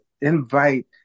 invite